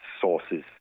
sources